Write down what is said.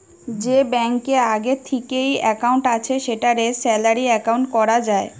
যে ব্যাংকে আগে থিকেই একাউন্ট আছে সেটাকে স্যালারি একাউন্ট কোরা যায়